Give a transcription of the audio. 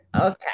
Okay